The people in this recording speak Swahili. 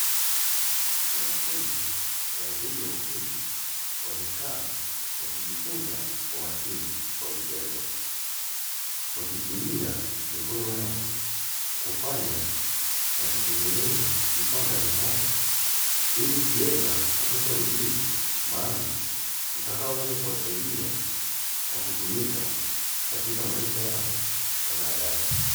Wanafunzi wa elimu ya ufundi, wamekaa wakijifunza kwa umakini kwa vitendo; wakitumia mikono yao kufanya na kutengeneza vifaa mbalimbali ili kuweza kupata ujuzi maalumu; utakaoweza kuwasaidia na kutumika katika maisha yao ya baadaye.